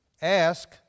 Ask